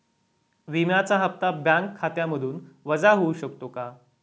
विम्याचा हप्ता बँक खात्यामधून वजा होऊ शकतो का?